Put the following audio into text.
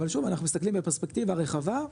אבל שוב אנחנו מסתכלים בפרספקטיבה רחבה.